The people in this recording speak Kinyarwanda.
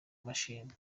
mashini